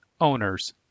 Owners